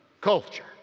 culture